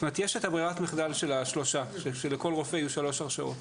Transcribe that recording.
יש ברירת מחדל שלכל רופא יהיו שלוש הרשאות.